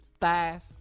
Thighs